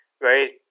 right